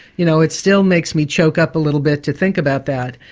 you know, it still makes me choke up a little bit to think about that.